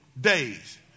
days